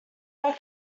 are